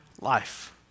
life